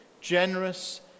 generous